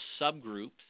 subgroups